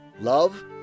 love